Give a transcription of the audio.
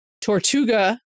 tortuga